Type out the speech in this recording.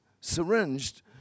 syringed